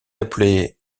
appelée